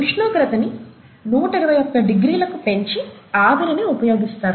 ఉష్ణోగ్రతని 121 డిగ్రీలకు పెంచి ఆవిరిని ఉపయోగిస్తారు